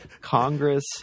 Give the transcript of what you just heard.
Congress